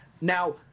Now